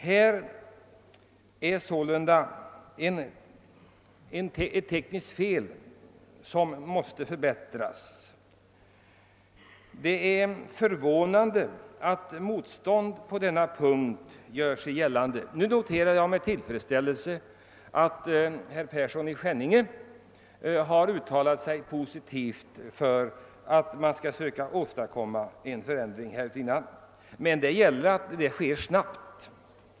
Här föreligger sålunda ett tekniskt fel som måste rättas till. Det är förvånande att motstånd gör sig gällande på denna punkt. Jag noterar med tillfredsställelse att herr Persson i Skänninge har uttalat sig positivt för att man skall försöka åstadkomma en förändring härutinnan, men det måste ske snabbt.